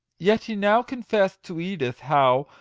yet he now confessed to edith how,